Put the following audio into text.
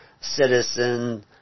citizen